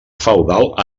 feudal